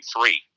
three